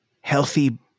healthy